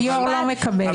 היושב ראש לא מקבל את זה.